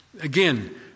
Again